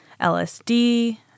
LSD